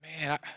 Man